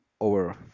over